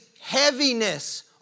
heaviness